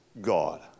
God